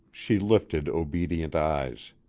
she lifted obedient eyes.